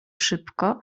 szybko